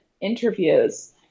interviews